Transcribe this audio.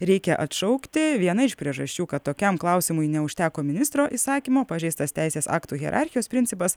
reikia atšaukti viena iš priežasčių kad tokiam klausimui neužteko ministro įsakymo pažeistas teisės aktų hierarchijos principas